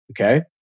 Okay